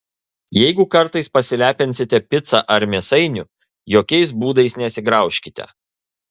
jeigu kartais pasilepinsite pica ar mėsainiu jokiais būdais nesigraužkite